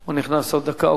הוא נכנס עוד דקה?